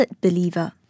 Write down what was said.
believer